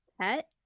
pet